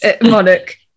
monarch